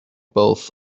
both